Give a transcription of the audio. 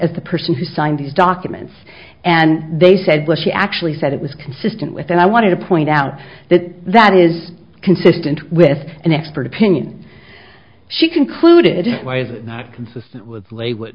as the person who signed these documents and they said what she actually said it was consistent with and i wanted to point out that that is consistent with an expert opinion she concluded was not consistent with